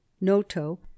Noto